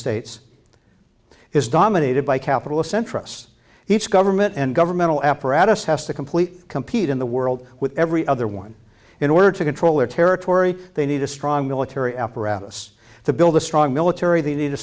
states it is dominated by capital centrists each government and governmental apparatus has to complete compete in the world with every other one in order to control their territory they need a strong military apparatus to build a strong military they need a